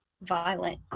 violent